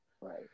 right